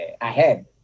ahead